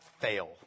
fail